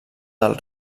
del